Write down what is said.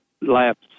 laps